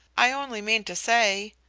i only mean to say.